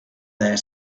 their